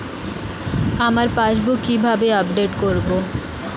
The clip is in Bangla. আমার পাসবুক কিভাবে আপডেট করবো?